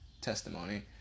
testimony